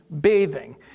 bathing